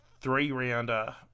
three-rounder